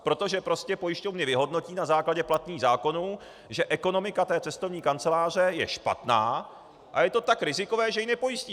Protože pojišťovny vyhodnotí na základě platných zákonů, že ekonomika té cestovní kanceláře je špatná a je to tak rizikové, že ji nepojistí.